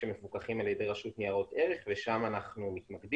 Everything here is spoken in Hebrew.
שמפוקחים על ידי רשות ניירות ערך ושם אנחנו מתמקדים.